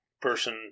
person